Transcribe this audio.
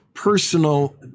personal